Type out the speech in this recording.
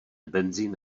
benzin